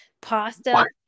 pasta